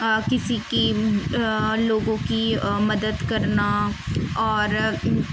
کسی کی لوگوں کی مدد کرنا اور